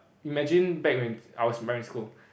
imagine back when I was in primary school